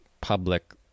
public